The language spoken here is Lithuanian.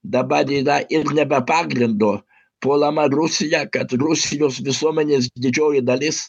dabar yra ir ne be pagrindo puolama rusija kad rusijos visuomenės didžioji dalis